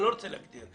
אני לא רוצה להגדיר.